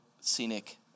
scenic